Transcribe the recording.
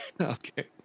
Okay